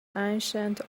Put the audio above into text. ancient